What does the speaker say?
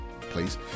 please